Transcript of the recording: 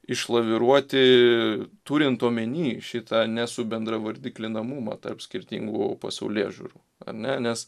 išlaviruoti turint omeny šitą nesubendravardiklinamumą tarp skirtingų pasaulėžiūrų a ne nes